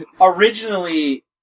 originally